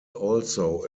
also